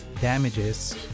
damages